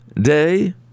Day